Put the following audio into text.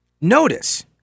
Notice